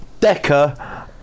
Decker